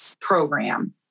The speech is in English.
program